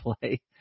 play